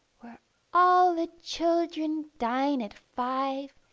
where all the children dine at five,